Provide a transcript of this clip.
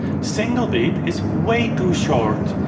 single beat is way too short,